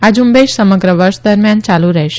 આ ઝુંબેશ સમગ્ર વર્ષ દરમિયાન યાલુ રહેશે